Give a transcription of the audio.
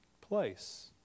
place